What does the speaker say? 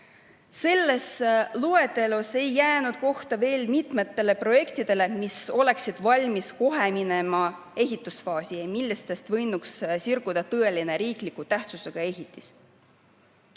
Selles loetelus ei jäänud kohta veel mitmele projektile, mis oleksid valmis kohe minema ehitusfaasi ja millest võinuks saada tõelised riikliku tähtsusega ehitised.